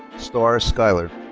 starr skyler.